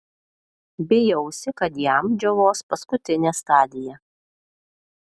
bijausi kad jam džiovos paskutinė stadija